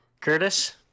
Curtis